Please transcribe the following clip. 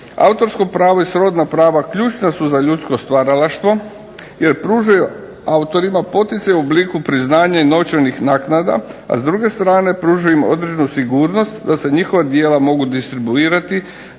Autorsko pravo i srodna prava ključna su za ljudsko stvaralaštvo jer pružaju autorima poticaj u obliku priznanja i novčanih naknada, a s druge strane pruža im određenu sigurnost da se njihova djela mogu distribuirati